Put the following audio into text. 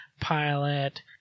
pilot